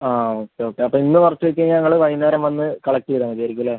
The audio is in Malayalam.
ആ ഓക്കെ ഓക്കെ അപ്പം ഇന്ന് പറിച്ച് വെച്ച് ഞങ്ങൾ വൈകുന്നേരം വന്ന് കളക്ട് ചെയ്താൽ മതിയായിരിക്കും അല്ലേ